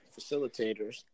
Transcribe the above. facilitators